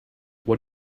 what